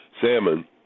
salmon